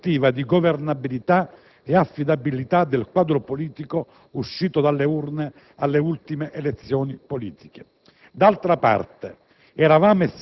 per una prospettiva di governabilità e affidabilità del quadro politico uscito dalle urne alle ultime elezioni politiche. D'altra parte,